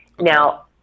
Now